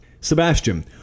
Sebastian